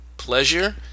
Pleasure